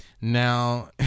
now